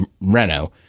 Renault